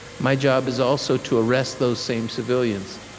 my job is also to arrest those same civilians.